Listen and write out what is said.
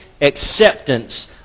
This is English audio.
acceptance